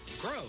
grow